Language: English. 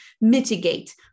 mitigate